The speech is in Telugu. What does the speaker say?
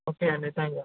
ఓకే అండి థ్యాంక్ యూ